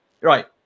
right